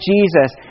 Jesus